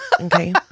Okay